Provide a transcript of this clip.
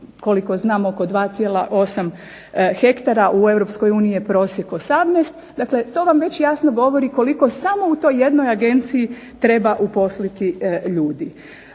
koliko znam oko 2,8 hektara, u Europskoj uniji je prosjek 18, dakle to vam već jasno govori koliko samo u toj jednoj agenciji treba uposliti ljudi.